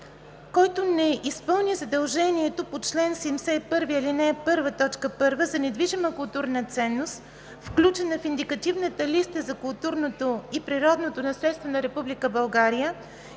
Който не изпълни задължение по чл. 71, ал. 1, т. 1 за недвижима културна ценност, включена в Индикативната листа за културното и природното наследство на Република България